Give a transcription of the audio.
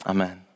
Amen